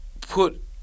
put